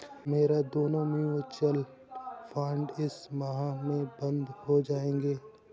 मेरा दोनों mutual fund इस माह में बंद हो जायेगा